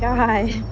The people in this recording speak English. yeah hi